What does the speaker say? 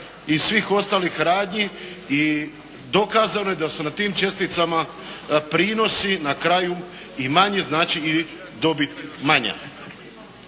i svih ostalih radnji i dokazano je da su na tim česticama prinosi na kraju i manji, znači i dobit manja.